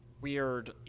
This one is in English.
weird